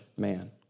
man